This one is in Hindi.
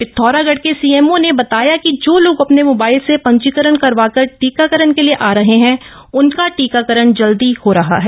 पिथौराणढ़ के सीएमओ ने बताया कि जो लोग अपने मोबाइल से पंजीकरण करव कर टीकाक्ररण के लिये आ रहे हैं उनक टीकाक्ररण जल्दी हो रहा है